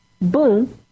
boom